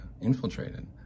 infiltrated